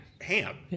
Ham